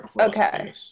Okay